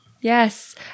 yes